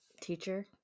teacher